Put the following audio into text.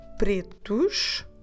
pretos